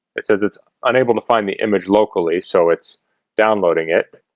it says it's unable to find the image locally. so it's downloading it